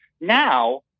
Now